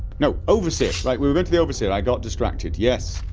no, overseer, right, we were going to the overseer, i got distracted yes,